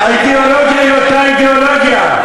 האידיאולוגיה היא אותה אידיאולוגיה.